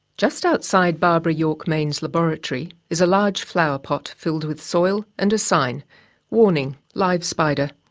just outside barbara york main's laboratory is a large flower pot filled with soil and a sign warning live spider.